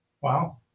Wow